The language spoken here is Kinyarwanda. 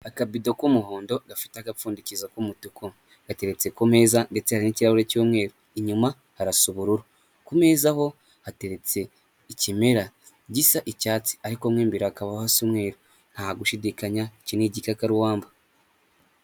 Akabido k'umuhondo gafite agapfundikizo k'umutuku, gateretse ku meza ndetse hari n'ikirahuri cy'umweru, inyuma hasa ubururu ku meza ho hateretse ikimera gisa icyatsi ariko mo imbere hakaba hasa umweru nta gushidikanya iki ni igikakarubamba.